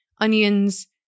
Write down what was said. onions